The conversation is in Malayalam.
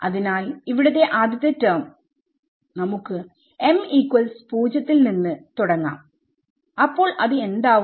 അതിനാൽ ഇവിടുത്തെ ആദ്യ ടെർമ് നമുക്ക് m 0 യിൽ നിന്ന് തുടങ്ങാം അപ്പോൾ അത് എന്താവും